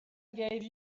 gave